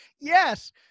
yes –